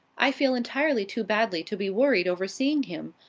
i feel entirely too badly to be worried over seeing him.